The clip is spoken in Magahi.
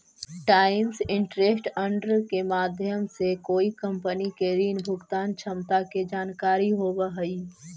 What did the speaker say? टाइम्स इंटरेस्ट अर्न्ड के माध्यम से कोई कंपनी के ऋण भुगतान क्षमता के जानकारी होवऽ हई